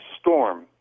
storm